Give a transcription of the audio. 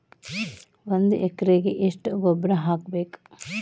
ಒಂದ್ ಎಕರೆಗೆ ಎಷ್ಟ ಗೊಬ್ಬರ ಹಾಕ್ಬೇಕ್?